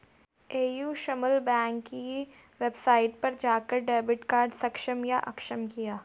AU small bank की website पर जाकर डेबिट कार्ड सक्षम या अक्षम किया